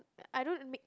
I don't make